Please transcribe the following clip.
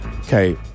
okay